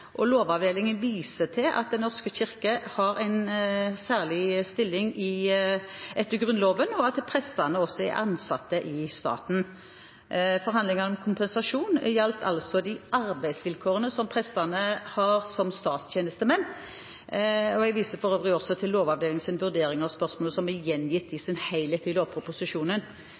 likebehandlingsprinsippet. Lovavdelingen viser til at Den norske kirke har en særlig stilling etter Grunnloven, og at prestene er ansatt i staten. Forhandlingene om kompensasjon gjaldt de arbeidsvilkårene som prestene har som statstjenestemenn. Jeg viser for øvrig til Lovavdelingens vurdering av spørsmålet, som er gjengitt i